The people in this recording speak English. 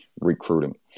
recruiting